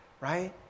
right